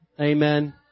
Amen